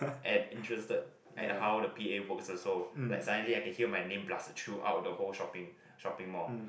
and interested at how the P_A boxes so like suddenly I can hear my name plus the throughout the whole shopping shopping mall